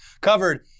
covered